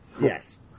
Yes